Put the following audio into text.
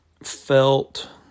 Felt